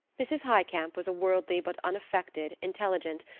mrs. highcamp was a worldly but unaffected, intelligent,